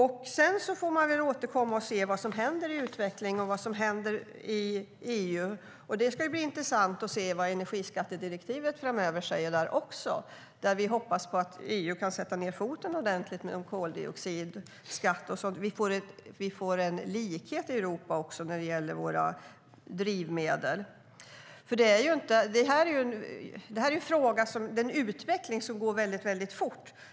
Sedan får man väl återkomma och se vad som händer med utvecklingen och i EU. Det ska bli intressant att se vad energiskattedirektivet säger framöver. Vi hoppas att EU kan sätta ned foten ordentligt när det gäller koldioxidskatt så att vi får en likhet i Europa också när det gäller våra drivmedel. Utvecklingen går väldigt fort.